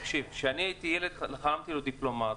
כשהייתי ילד חלמתי להיות דיפלומט.